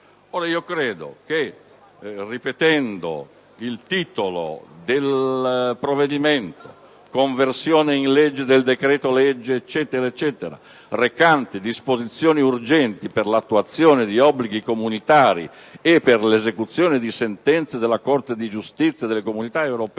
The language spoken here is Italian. Credo che, ricordando il titolo del provvedimento - «Conversione in legge del decreto-legge 25 settembre 2009, n. 135, recante disposizioni urgenti per l'attuazione di obblighi comunitari e per l'esecuzione di sentenze della Corte di giustizia delle Comunità europee»